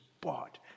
bought